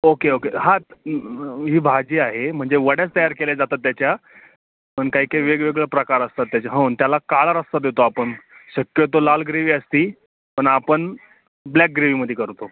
okay okay हां ही भाजी आहे म्हणजे वड्या तयार केल्या जातात त्याच्या पण काही काही वेगवेगळे प्रकार असतात त्याच्या होन त्याला काळा रस्सा देतो आपण शक्यतो लाल ग्रेवी असते पण आपण ब्लॅक ग्रेवीमध्ये करतो